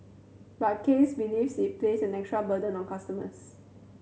but Case believes it places an extra burden on customers